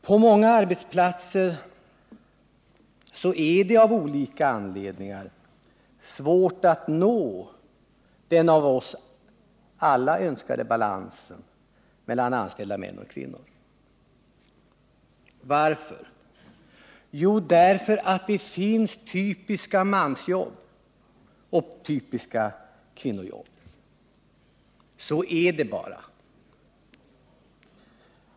På många arbetsplatser är det av olika anledning svårt att nå den av oss alla önskade balansen mellan anställda män och kvinnor. Varför? Jo, därför att det finns typiska mansjobb och typiska kvinnojobb. Så är det bara.